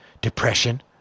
depression